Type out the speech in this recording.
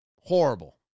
horrible